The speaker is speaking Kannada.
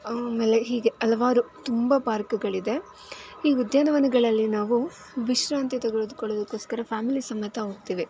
ಆಮೇಲೆ ಹೀಗೆ ಹಲವಾರು ತುಂಬ ಪಾರ್ಕ್ಗಳಿದೆ ಈ ಉದ್ಯಾನವನಗಳಲ್ಲಿ ನಾವು ವಿಶ್ರಾಂತಿ ತೆಗೆದ್ಕೊಳ್ಳೋದಕೋಸ್ಕರ ಫ್ಯಾಮಿಲಿ ಸಮೇತ ಹೋಗ್ತೇವೆ